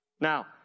Now